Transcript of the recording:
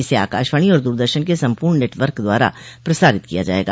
इसे आकाशवाणी और दूरदर्शन के संपूर्ण नेटवर्क द्वारा प्रसारित किया जायेगा